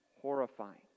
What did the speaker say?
horrifying